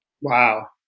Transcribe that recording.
Wow